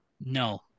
No